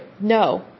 No